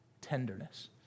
tenderness